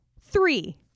three